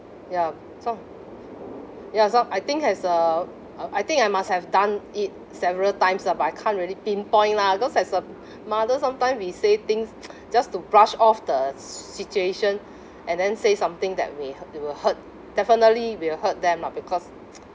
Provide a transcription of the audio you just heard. ya so ya so I think as a uh I think I must have done it several times lah but I can't really pinpoint lah cause as a mother sometimes we say things just to brush off the s~ situation and then say something that may hu~ will hurt definitely will hurt them lah because